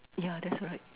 yeah that's right